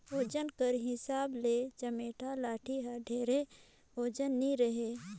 ओजन कर हिसाब ले चमेटा लाठी हर ढेर ओजन नी रहें